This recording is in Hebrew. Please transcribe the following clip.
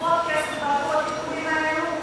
לגבות כסף בעבור הטיפולים האלה?